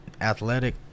athletic